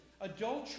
adultery